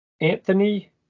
Anthony